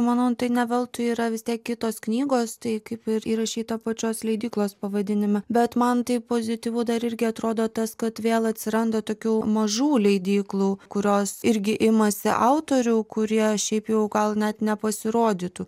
manau tai ne veltui yra visai kitos knygos tai kaip ir įrašyta pačios leidyklos pavadinime bet man tai pozityvu dar irgi atrodo tas kad vėl atsiranda tokių mažų leidyklų kurios irgi imasi autorių kurie šiaip jau gal net nepasirodytų